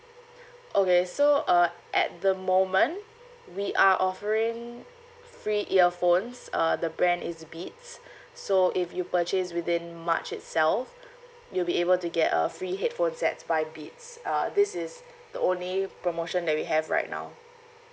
okay so uh at the moment we are offering free earphones uh the brand is beats so if you purchase within march itself you'll be able to get a free headphone sets by beats uh this is the only promotion that we have right now